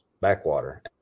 backwater